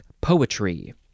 poetry